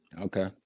Okay